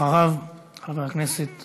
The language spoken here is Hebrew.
אחריו, חבר הכנסת